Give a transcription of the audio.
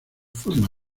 forma